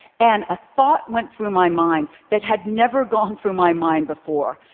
and a thought went through my mind that had never gone through my mind before.